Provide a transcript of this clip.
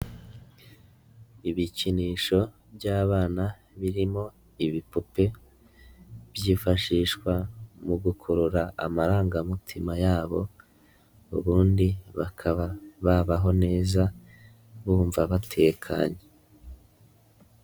Ibikinisho by'abana birimo ibipupe byifashishwa mu gukurura amarangamutima yabo ubundi bakaba babaho neza bumva batekanye.